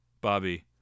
Bobby